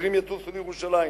המחירים יטוסו בירושלים,